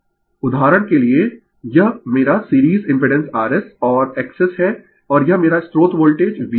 Refer slide Time 0515 उदाहरण के लिए यह मेरा सीरीज इम्पिडेंस rs और XS है और यह मेरा स्त्रोत वोल्टेज V है